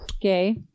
Okay